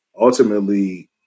Ultimately